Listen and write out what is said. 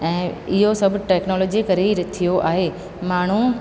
ऐं इहो सभु टेक्नोलॉजी करे ई थियो आहे माण्हू